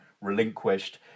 relinquished